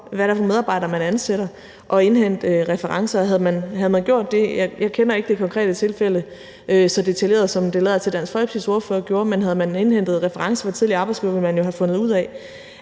hvad det er for nogle medarbejdere, man ansætter, og indhente referencer. Jeg kender ikke det konkrete tilfælde så detaljeret, som det lader til at Dansk Folkepartis ordfører gør, men havde man indhentet referencer fra tidligere arbejdsgivere, ville man jo have fundet ud af,